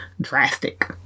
drastic